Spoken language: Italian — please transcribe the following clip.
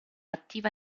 attiva